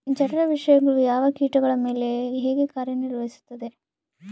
ಜಠರ ವಿಷಯಗಳು ಯಾವ ಕೇಟಗಳ ಮೇಲೆ ಹೇಗೆ ಕಾರ್ಯ ನಿರ್ವಹಿಸುತ್ತದೆ?